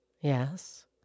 Yes